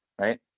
right